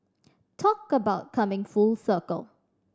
talk about coming full circle